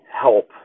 help